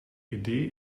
idee